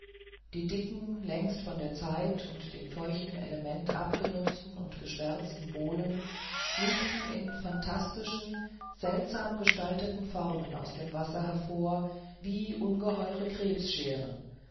die dicken längst von der zeit und dem feuchten element abgenutzten und geschwärzten bohlen lugten in phantastischen seltsam gestalteten formen aus dem wasser hervor wie ungeheure